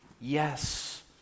Yes